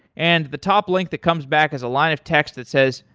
and the top link that comes back as a line of text that says,